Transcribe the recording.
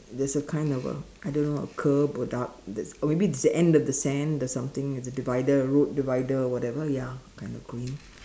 there's a kind of a I don't know what curb or dark that's or maybe it's the end of the sand or something the divider or a road divider or whatever ya kind of green